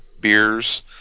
beers